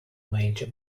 major